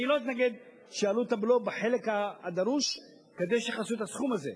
אני לא אתנגד שיעלו את הבלו בחלק הדרוש כדי שיכסו את הסכום הזה,